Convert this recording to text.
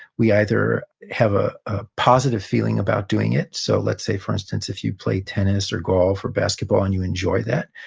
we either have a ah positive feeling about doing it so let's say, for instance, if you play tennis, or golf, or basketball, and you enjoy that,